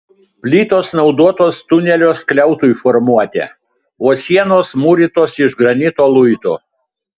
plytos naudotos tunelio skliautui formuoti o sienos mūrytos iš granito luitų